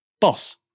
boss